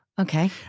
okay